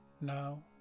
Now